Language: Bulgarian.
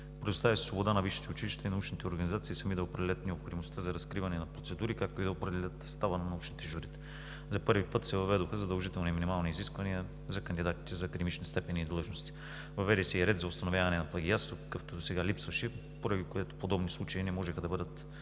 Предостави се свобода на висшите училища и научните организации сами да определят необходимостта за разкриване на процедури, както и да определят състава на научните журита. За първи път се въведоха задължителни минимални изисквания за кандидатите за академични степени и длъжности, въведе се и ред за установяване на плагиатство, какъвто досега липсваше, поради което подобни случаи не можеха да бъдат